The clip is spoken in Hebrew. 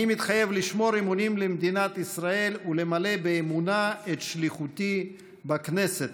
"אני מתחייב לשמור אמונים למדינת ישראל ולמלא באמונה את שליחותי בכנסת".